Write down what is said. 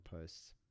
posts